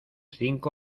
cinco